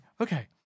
okay